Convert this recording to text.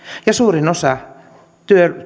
ja suurin osa